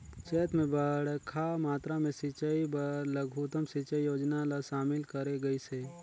चैत मे बड़खा मातरा मे सिंचई बर लघुतम सिंचई योजना ल शामिल करे गइस हे